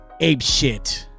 apeshit